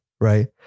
right